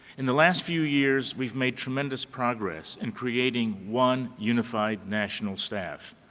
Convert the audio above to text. in the last few years, we've made tremendous progress in creating one unified national staff.